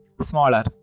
Smaller